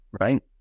Right